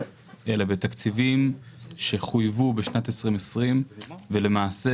אלא בתקציבים שחויבו בשנת 2020 למעשה